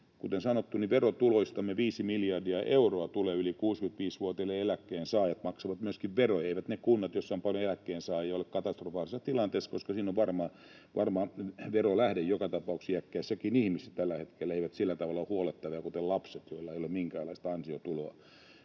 verotuloistamme 5 miljardia euroa tulee yli 65-vuotiailta. Eläkkeensaajat maksavat myöskin veroja. Eivät ne kunnat, joissa on paljon eläkkeensaajia, ole katastrofaalisessa tilanteessa, koska siinä on varma verolähde, iäkkäissäkin ihmisissä, joka tapauksessa tällä hetkellä. He eivät ole sillä tavalla huollettavia kuten lapset, joilla ei ole minkäänlaista ansiotuloa.